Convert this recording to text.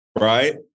Right